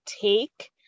take